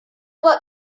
let